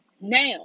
Now